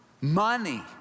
money